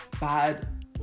bad